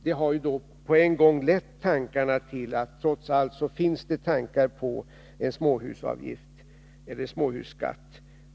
Detta ledde på en gång tankarna till att det i regeringskansliet trots allt finns planer på en småhusskatt.